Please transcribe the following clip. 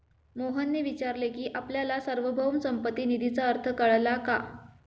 मोहनने विचारले की आपल्याला सार्वभौम संपत्ती निधीचा अर्थ कळला का?